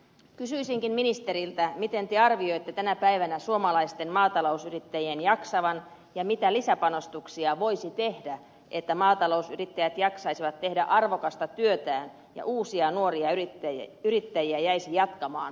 kysyisinkin ministeriltä miten te arvioitte tänä päivänä suomalaisten maatalousyrittäjien jaksavan ja mitä lisäpanostuksia voisi tehdä että maatalousyrittäjät jaksaisivat tehdä arvokasta työtään ja uusia nuoria yrittäjiä jäisi jatkamaan tilanhoitoa